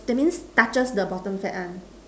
that means touches the bottom set one